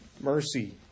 mercy